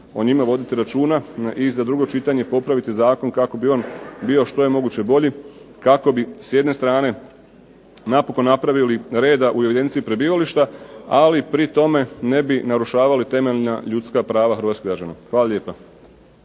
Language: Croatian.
o njima voditi računa i za drugo čitanje popraviti zakon kako bi on bio što je moguće bolji. Kako bi s jedne strane napokon napravili reda u evidenciji prebivališta, ali pri tome ne bi narušavali temeljna ljudska prava hrvatskih građana. Hvala lijepa.